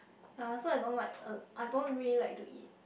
ye so I don't like I don't really like to eat